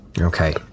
Okay